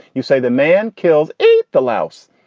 you say the man killed eight the louse,